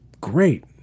great